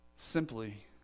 Simply